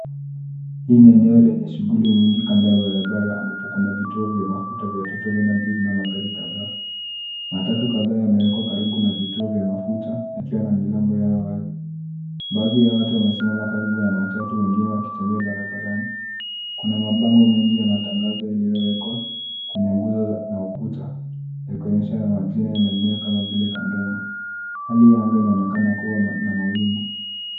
Hii ni eneo lenye shughuli nyingi kando ya barabara ambapo kuna vituo vya mafuta vya total energies na magari kadhaa. Matatu kadhaa yamewekwa karibu na vituo vya mafuta yakiwa na milango yao wazi. Baadhi ya watu wamesimama karibu na matatu wengine wakitembea barabarani. Kuna mabango mengi ya matangazo yaliyowekwa kwenye nguzo na ukuta yakionyeshana majina ya maeneo kama vile Kangema. Hali ya anga inaonekana kuwa na mawingu.